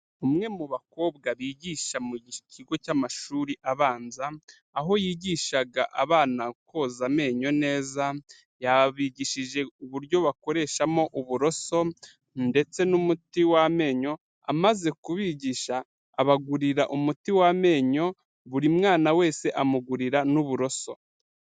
Umwe mu bakobwa bigisha mu kigo cy'amashuri abanza, aho yigishaga abana koza amenyo neza, yabigishije uburyo bakoreshamo uburoso ndetse n'umuti w'amenyo, amaze kubigisha abagurira umuti w'amenyo buri mwana wese amugurira n'uburoso.